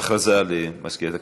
הודעה למזכירת הכנסת.